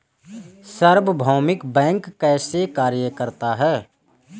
सार्वभौमिक बैंक कैसे कार्य करता है?